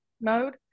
mode